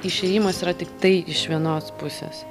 išėjimas yra tiktai iš vienos pusės